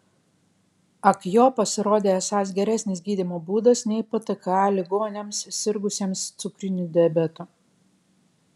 akjo pasirodė esąs geresnis gydymo būdas nei ptka ligoniams sirgusiems cukriniu diabetu